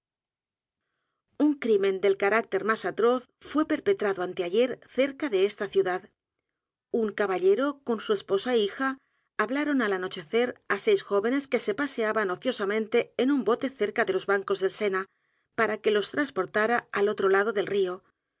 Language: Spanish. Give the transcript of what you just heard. un crimen del carácter más atroz fué perpetrado anteayer cerca de esta ciudad un caballero con su esposa é hija hablaron al anochecer á seis jóvenes que se paseaban ociosamente en un bote cerca de los bancos del sena para que los t r a s p o r t a r a al otro lado del rio